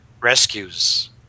rescues